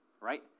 Right